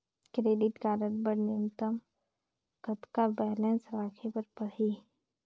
Credit card बर न्यूनतम कतका बैलेंस राखे बर पड़ही?